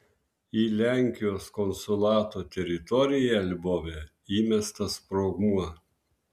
į lenkijos konsulato teritoriją lvove įmestas sprogmuo